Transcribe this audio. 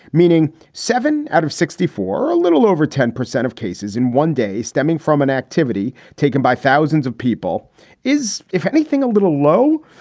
meaning seven out of sixty four. a little over ten percent of cases in one day stemming from an activity taken by thousands of people is, if anything, a little low.